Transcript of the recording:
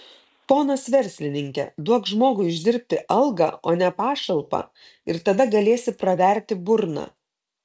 ponas verslininke duok žmogui uždirbti algą o ne pašalpą ir tada galėsi praverti burną